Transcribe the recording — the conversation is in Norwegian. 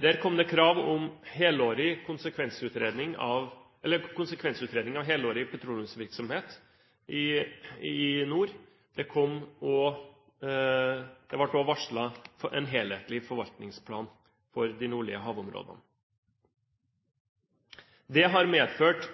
Der kom det krav om konsekvensutredning av helårig petroleumsvirksomhet i nord. Det ble også varslet en helhetlig forvaltningsplan for de nordlige havområdene. Det har medført